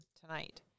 tonight